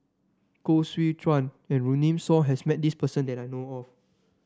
Koh Seow Chuan and Runme Shaw has met this person that I know of